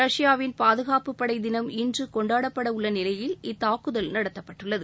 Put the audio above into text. ரஷ்யாவின் பாதுகாப்பு படை தினம் இன்று கொண்டாடப்படவுள்ள நிலையில் இத்தாக்குதல் நடத்தப்பட்டுள்ளது